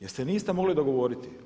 Jer se niste mogli dogovoriti.